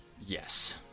Yes